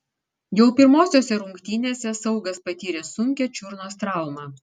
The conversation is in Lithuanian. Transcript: jau pirmosiose rungtynėse saugas patyrė sunkią čiurnos traumą